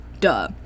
duh